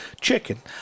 chicken